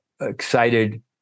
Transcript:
excited